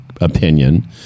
opinion